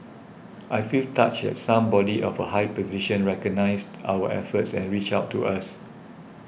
I feel touched that somebody of a high position recognised our efforts and reached out to us